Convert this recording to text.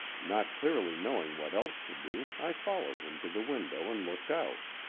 not clearly knowing what else to do i followed him to the window and looked out.